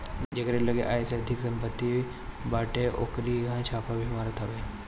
जेकरी लगे आय से अधिका सम्पत्ति बाटे ओकरी इहां इ छापा भी मारत हवे